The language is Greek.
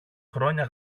χρόνια